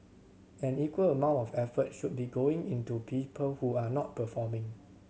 an equal amount of effort should be going into people who are not performing